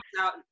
out